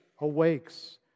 awakes